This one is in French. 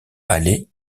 aller